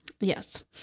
Yes